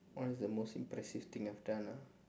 what is the most impressive thing I've done ah